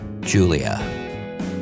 Julia